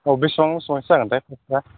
औ बिसिबां बिसिबांसो जागोनथाय फैसाया